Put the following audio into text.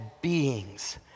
beings